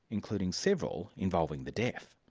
including several involving the deaf.